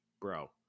bro